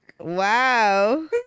Wow